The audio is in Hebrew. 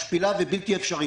משפילה ובלתי אפשרית.